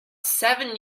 seven